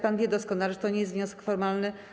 Pan wie doskonale, że to nie jest wniosek formalny.